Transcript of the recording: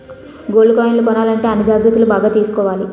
gold కాయిన్లు కొనాలంటే అన్ని జాగ్రత్తలు బాగా తీసుకోవాలి